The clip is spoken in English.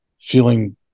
feeling